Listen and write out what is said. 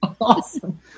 Awesome